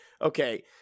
okay